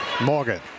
Morgan